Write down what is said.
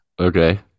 okay